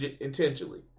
intentionally